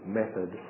method